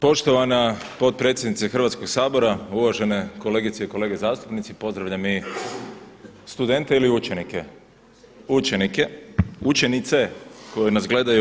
Poštovana potpredsjednice Hrvatskog sabora, uvažene kolegice i kolege zastupnici pozdravljam ili studente ili učenike, učenice koje nas gledaju.